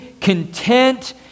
content